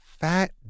fat